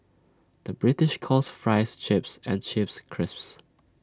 the British calls Fries Chips and Chips Crisps